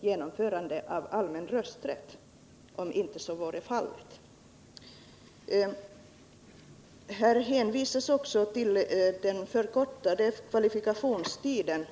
genomförandet av allmän rösträtt. Här hänvisas också till den förkortade kvalifikationstiden.